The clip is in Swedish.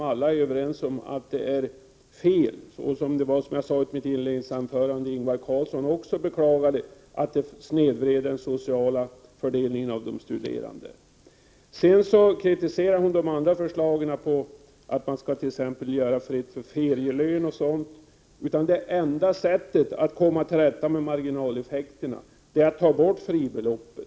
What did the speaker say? Alla är överens om att detta är felaktigt, och, som jag sade i mitt inledningsanförande, också Ingvar Carlsson beklagade att detta ledde till en snedvridning i rekryteringen på grund av de studerandes sociala bakgrund. Lena Öhrsvik kritiserar förslagen om att exempelvis låta det bli fritt fram när det gäller ferielön och liknande. Det enda sättet att komma till rätta med marginaleffekterna är att ta bort fribeloppet.